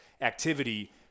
activity